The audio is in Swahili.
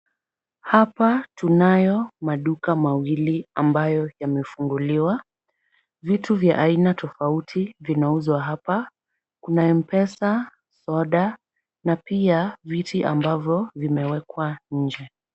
Hapa tunayo maduka mawili ambayo yamefunguliwa. Vitu vya aina tofauti vinauzwa hapa. Kuna M-Pesa, soda na pia viti ambavyo vimewekwa nje.